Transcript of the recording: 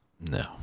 No